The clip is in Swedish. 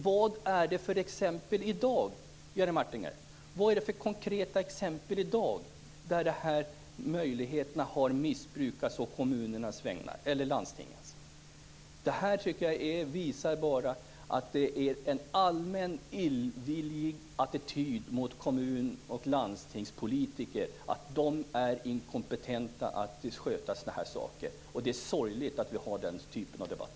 Vad finns det i dag för konkreta exempel, Jerry Martinger, på att de här möjligheterna har missbrukats av kommunerna eller av landstingen? Jag tycker att den här argumentationen bara visar på en allmänt illvillig attityd mot kommun och landstingspolitiker, som går ut på att de är inkompetenta att sköta sådana här saker. Det är sorgligt att vi har den typen av debatt.